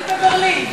בברלין.